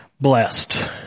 blessed